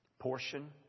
portion